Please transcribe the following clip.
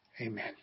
Amen